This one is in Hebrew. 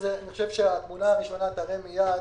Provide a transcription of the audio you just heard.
התמונה הראשונה תראה מייד